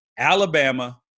Alabama